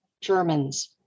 Germans